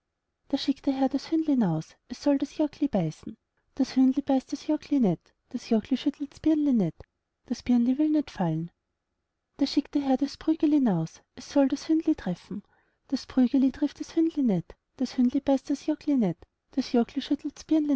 da schickt der herr das hündli naus es soll das jockli beißen das hündli beißt das jockli nit das jockli schüttelts birnli nit das birnli will nit fallen da schickt der herr das prügeli naus es soll das hündli treffen das prügeli trifft das hündli nit das hündli beißt das jockli nit das jockli